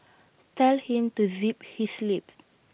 tell him to zip his lips